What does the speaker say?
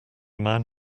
man